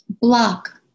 Block